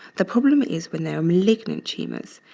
the problem is when they are malignant tumors.